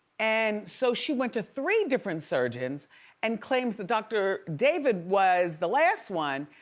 and so she went to three different surgeons and claims the dr. david was the last one.